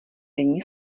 denní